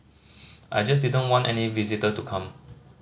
I just didn't want any visitor to come